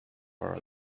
for